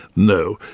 no.